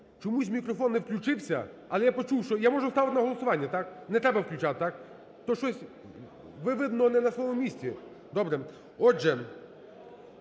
Чомусь мікрофон не включився, але я почув що. Я можу ставити на голосування, так? Не треба включати, так? Ви видно не на своєму місці. Добре. Отже,